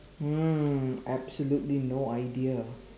mm absolutely no idea